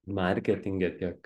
marketinge tiek